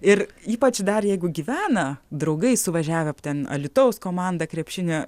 ir ypač dar jeigu gyvena draugai suvažiavę ten alytaus komanda krepšinio